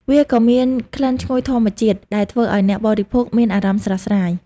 វាក៏មានក្លិនឈ្ងុយធម្មជាតិដែលធ្វើឲ្យអ្នកបរិភោគមានអារម្មណ៍ស្រស់ស្រាយ។